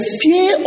fear